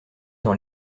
dans